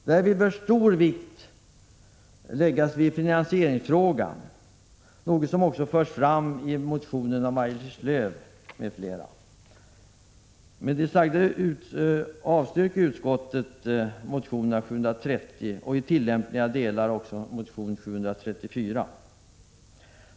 Därvid bör stor vikt läggas vid finansieringsfrågan, något som också förs fram i motionen av Maj-Lis Lööw m.fl.